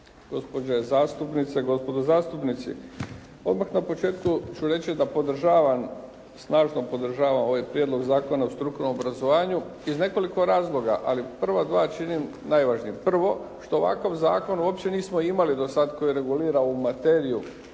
gospođe zastupnice, gospodo zastupnici. Odmah na početku ću reći da podržavam, snažno podržavam ovaj prijedlog zakona o strukovnom obrazovanju iz nekoliko razloga, ali prva dva činim najvažnijim. Prvo, što ovakav zakon uopće nismo imali do sad koji regulira ovu materiju